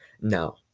No